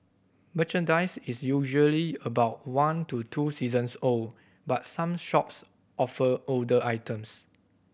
merchandise is usually about one to two seasons old but some shops offer older items